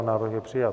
Návrh byl přijat.